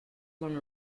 along